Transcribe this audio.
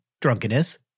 drunkenness